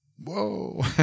Whoa